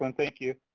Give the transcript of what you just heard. um thank you.